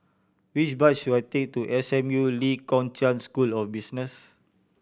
which bus should I take to S M U Lee Kong Chian School of Business